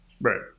Right